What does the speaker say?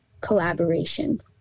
collaboration